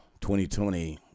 2020